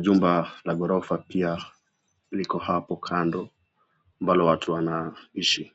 Jumba la ghorofa pia liko hapo kando, ambalo watu wanaishi.